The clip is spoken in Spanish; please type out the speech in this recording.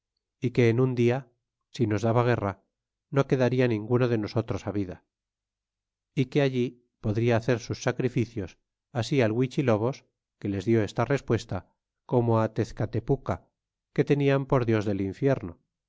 españoles encontraron en un dia si nos daba guerra no quedaria ninguno de nosotros vida y que allí podría hacer sus sacrificios así al huichilobos que les dió esta respuesta como tezcatepuca que tenían por dios del infierno